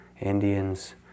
Indians